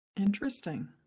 interesting